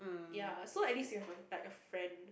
ya so at least you have a like a friend